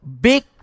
big